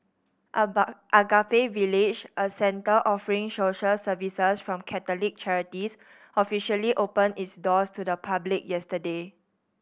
Agape Village a centre offering social services from Catholic charities officially opened its doors to the public yesterday